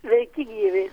sveiki gyvi